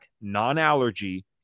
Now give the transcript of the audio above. non-allergy